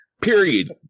Period